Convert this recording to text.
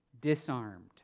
disarmed